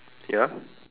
ya